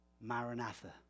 Maranatha